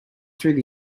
through